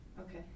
Okay